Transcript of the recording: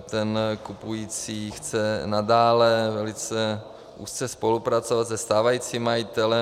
ten kupující chce nadále velice úzce spolupracovat se stávajícím majitelem.